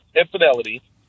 infidelity